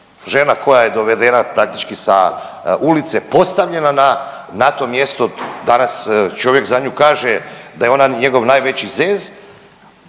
Žena koja je dovedena praktički sa ulice, postavljena na to mjesto danas čovjek za nju kaže da je ona njegov najveći zez,